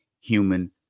human